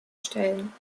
stellen